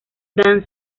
dan